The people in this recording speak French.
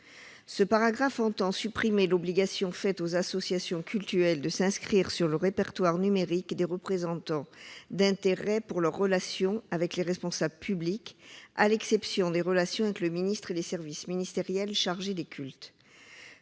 2, qui vise à supprimer l'obligation faite aux associations cultuelles de s'inscrire sur le répertoire numérique des représentants d'intérêts pour leurs relations avec les responsables publics, à l'exception des relations avec le ministre et les services ministériels chargés des cultes.